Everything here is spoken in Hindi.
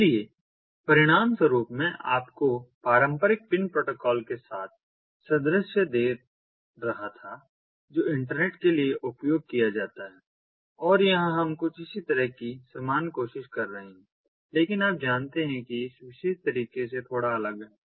इसलिए परिणामस्वरूप मैं आपको पारंपरिक पिन प्रोटोकॉल के साथ सादृश्य दे रहा था जो इंटरनेट के लिए उपयोग किया जाता है और यहां हम कुछ इसी तरह की समान कोशिश कर रहे हैं लेकिन आप जानते हैं कि यह इस विशेष तरीके से थोड़ा अलग है